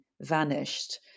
vanished